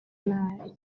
nabi